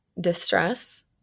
distress